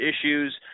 issues